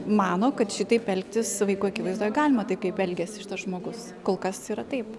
mano kad šitaip elgtis vaikų akivaizdoje galima taip kaip elgiasi šitas žmogus kol kas yra taip